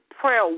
prayer